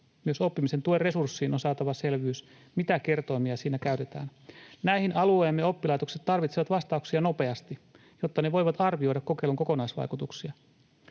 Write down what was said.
Myös oppimisen tuen resurssiin on saatava selvyys: mitä kertoimia siinä käytetään? Näihin alueemme oppilaitokset tarvitsevat vastauksia nopeasti, jotta ne voivat arvioida kokeilun kokonaisvaikutuksia.